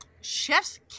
chef's